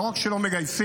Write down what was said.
לא רק שלא מגייסים,